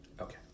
Okay